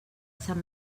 sant